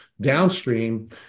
downstream